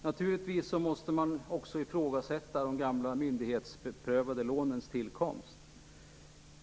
Naturligtvis måste man också ifrågasätta de gamla myndighetsprövade lånens tillkomst.